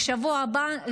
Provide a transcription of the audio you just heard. לשבוע הבא,